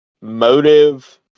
motive